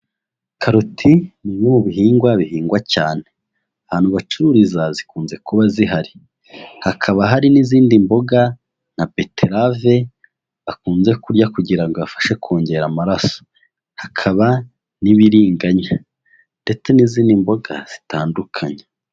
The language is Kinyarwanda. Karoti ni bimwe mu bihingwa bihingwa cyane, ahantu bacururiza zikunze kuba zihari, hakaba hari n'izindi mboga nka beterave bakunze kurya kugira ngo abafashe kongera amaraso, hakaba n'ibiriganya ndetse n'izindi mboga zitandukanye.